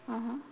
mmhmm